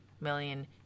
million